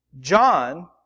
John